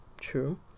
true